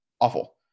awful